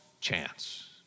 chance